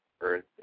Earth